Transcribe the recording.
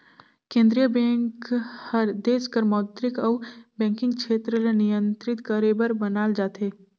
केंद्रीय बेंक हर देस कर मौद्रिक अउ बैंकिंग छेत्र ल नियंत्रित करे बर बनाल जाथे